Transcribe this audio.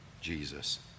Jesus